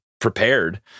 prepared